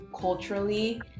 culturally